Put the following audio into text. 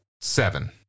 Seven